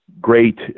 great